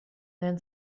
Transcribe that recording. then